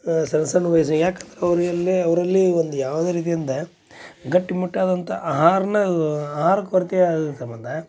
ಸಣ್ಣ ಸಣ್ಣ ವಯ್ಸಿಗೆ ಯಾಕಂದ್ರ ಅವರು ಎಲ್ಲೇ ಅವರಲ್ಲಿ ಒಂದು ಯಾವುದೇ ರೀತಿಯಿಂದ ಗಟ್ಟಿ ಮುಟ್ಟಾದಂಥ ಆಹಾರನ ಆಹಾರ ಕೊರತೆ ಆದ ಸಂಬಂಧ